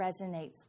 resonates